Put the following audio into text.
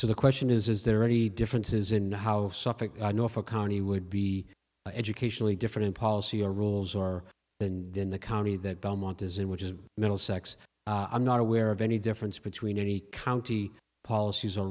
so the question is is there any differences in how suffolk norfolk county would be educationally different policy or rules or than than the county that belmont is in which is middlesex i'm not aware of any difference between any county policies